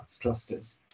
clusters